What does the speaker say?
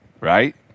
right